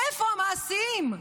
איפה המעשים?